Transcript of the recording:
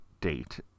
date